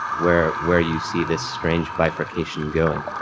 where, where you see this strange bifurcation going?